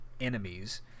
enemies